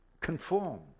conformed